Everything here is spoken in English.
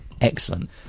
excellent